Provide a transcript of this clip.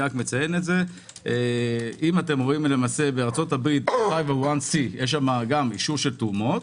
למשל, בארצות הברית יש שם אישור תרומות,